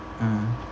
mm